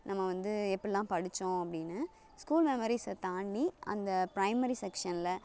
நம்ம வந்து எப்படிலாம் படித்தோம் அப்படின்னு ஸ்கூல் மெமரிஸை தாண்டி அந்த ப்ரைமரி செக்ஷனில்